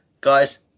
Guys